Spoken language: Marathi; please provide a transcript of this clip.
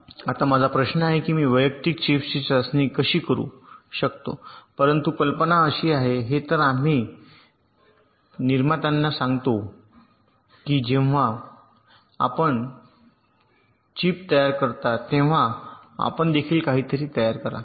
आता माझा प्रश्न हा आहे की मी वैयक्तिक चिप्सची चाचणी कशी करू शकतो परंतु कल्पना अशी आहे हे तर आम्ही निर्मात्यांना सांगतो की जेव्हा आपण चिप तयार करता तेव्हा आपण देखील काहीतरी तयार करा